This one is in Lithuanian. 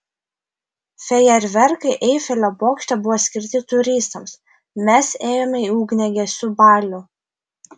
fejerverkai eifelio bokšte buvo skirti turistams mes ėjome į ugniagesių balių